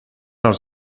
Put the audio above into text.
els